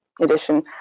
edition